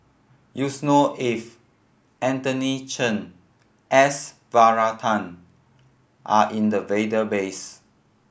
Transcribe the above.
Yusnor Ef Anthony Chen S Varathan are in the database